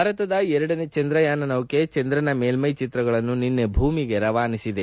ಭಾರತದ ಎರಡನೇ ಚಂದ್ರಯಾನ ನೌಕೆ ಚಂದ್ರನ ಮೇಲ್ಮೈ ಚಿತ್ರಗಳನ್ನು ನಿನ್ನೈ ಭೂಮಿಗೆ ರವಾನಿಸಿದೆ